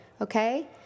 okay